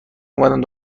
اومد